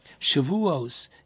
Shavuos